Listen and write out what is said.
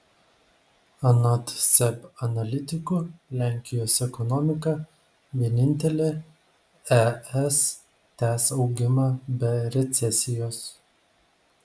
anot seb analitikų lenkijos ekonomika vienintelė es tęs augimą be recesijos